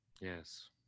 Yes